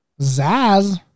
Zaz